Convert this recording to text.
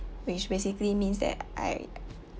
which basically means that I